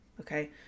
okay